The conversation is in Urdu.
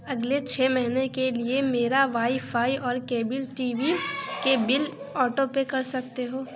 اگلے چھ مہینے کے لیے میرا وائی فائی اور کیبل ٹی وی کے بل آٹو پے کر سکتے ہو